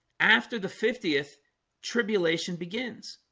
after the fiftieth tribulation begins